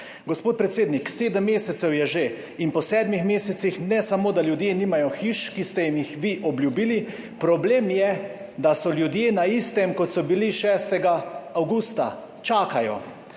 Gospod predsednik, sedem mesecev je že. Po sedmih mesecih ne samo, da ljudje nimajo hiš, ki ste jim jih vi obljubili, problem je, da so ljudje na istem, kot so bili 6. avgusta – čakajo.